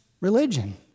religion